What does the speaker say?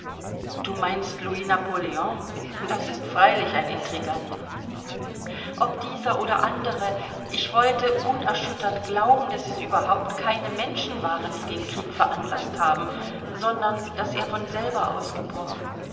du meinst louis napoleon das ist freilich ein intrigant ob dieser oder andere ich wollte unerschüttert glauben daß es überhaupt keine menschen waren die den krieg veranlaßt haben sondern daß er von selber ausgebrochen